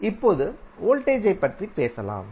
இப்போது வோல்டேஜைப் பற்றி பேசலாம்